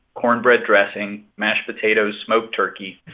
cornbread dressing, mashed potatoes, smoked turkey,